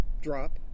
drop